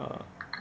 err